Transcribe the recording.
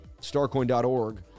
Starcoin.org